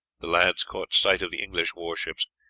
the lads caught sight of the english warships,